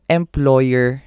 employer